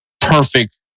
perfect